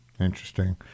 Interesting